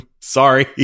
sorry